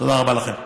תודה רבה לכם.